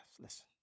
listen